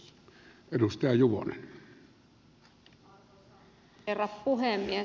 arvoisa herra puhemies